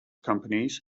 companies